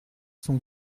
sont